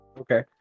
Okay